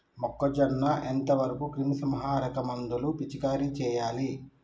మొక్కజొన్న ఎంత వరకు క్రిమిసంహారక మందులు పిచికారీ చేయాలి?